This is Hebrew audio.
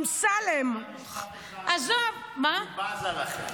היא אמרה משפט אחד: אני בזה לכם.